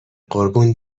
قربون